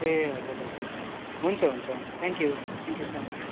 ए हजुर हजुर हुन्छ हुन्छ हुन्छ thank you thank you so much